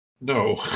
no